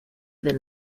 del